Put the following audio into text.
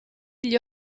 gli